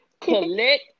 collect